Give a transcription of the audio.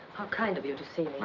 how kind of you to see